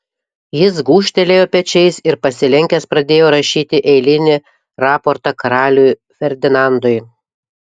jis gūžtelėjo pečiais ir pasilenkęs pradėjo rašyti eilinį raportą karaliui ferdinandui